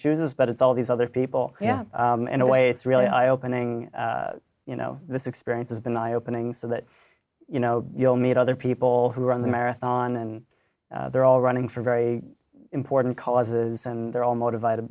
chooses but it's all these other people yeah in a way it's really eye opening you know this experience has been eye opening so that you know you'll meet other people who run the marathon and they're all running for very important causes and they're all mo